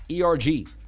ERG